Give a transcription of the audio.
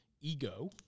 ego